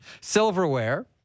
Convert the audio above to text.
Silverware